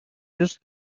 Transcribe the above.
just